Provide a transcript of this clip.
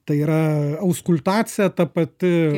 tai yra auskultacija ta pati